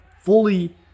fully